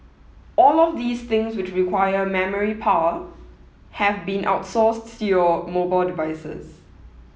all of these things which requires memory power have been outsourced to your mobile devices